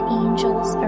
angels